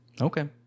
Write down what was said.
Okay